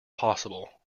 possible